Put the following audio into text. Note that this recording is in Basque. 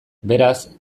beraz